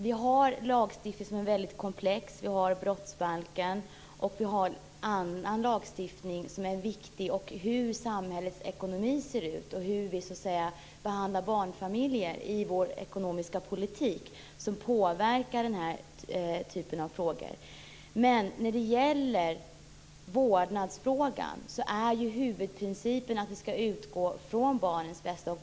Vi har lagstiftning som är väldigt komplex, vi har brottsbalken och annan lagstiftning som är viktig, vi har samhällets ekonomi och hur vi behandlar barnfamiljer i vår ekonomiska politik som påverkar den här typen av frågor. När det gäller vårdnadsfrågan är huvudprincipen att vi skall utgå från barnens bästa.